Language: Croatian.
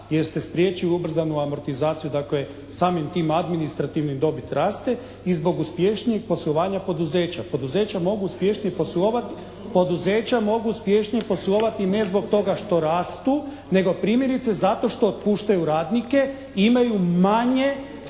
jer ste spriječili ubrzanu amortizaciju. Dakle, samim tim administrativnim dobit raste i zbog uspješnijeg poslovanja poduzeća. Poduzeća mogu uspješnije poslovati ne zbog toga što rastu nego primjerice zato što otpuštaju radnike i imaju manje